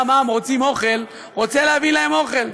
הם-הם, רוצים אוכל, רוצה להביא להם אוכל.